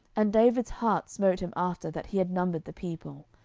and david's heart smote him after that he had numbered the people.